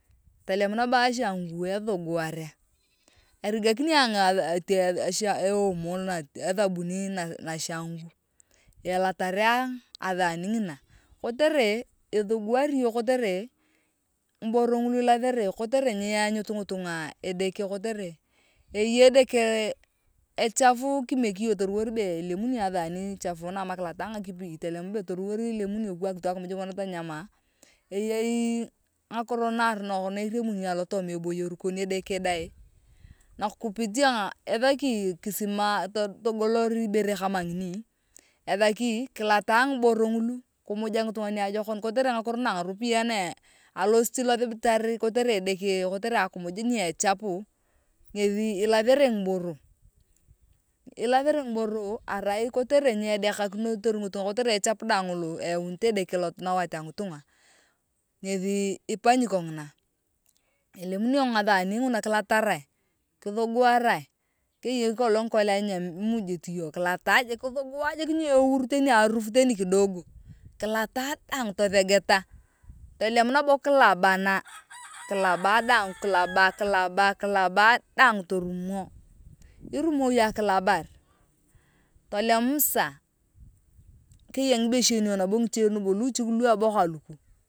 Tolem nabo ashangu ethuguware erigaku ayong eomo ethabuni nashanguu elataree athaani ngina kotere ithugawari iyong kotere ngiboro ngulu ilathare kotere nyeanyutu ngitunga edeko kotere eyei edeke echafu kimiek iyong be toruwor be ilemuni iyong athani kilota a ngakipi be toruwor be ilemuni iyong ta kiwak akimuj kongina tonyomaa eyei ngakiro naaronok na iriamuni iyong alotwana eboyor kon edeke dang nakupitia ethaki kithimaar kori togoloor ibeere kama ngini ethaki kilata ngiboro ngulu kimuja ngitunga niajokon kotere edeke kotere akimuj na echapu ngethi ilathare ngiboro ilathere ngiboro arai kotere nye edakinoo ngitunga kotere echap daae ngolo eaunit edeke nawat a ngitunga ngethi ipanyi kongina. Elemunio ngathani nguna kilatarae kithuguarae keyei kolong ngikolia imujit iyong kilata jik kuthugua jik nyeurut teni arufu teni kidogo kilata daang tothegeta kilaba dang kilaba kilaba kilaba daang torumo irumo iyong akilabar tolem sasa keya ngibeshenea nabo luche luchik lu ebekoa luku.